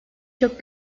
çok